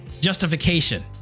justification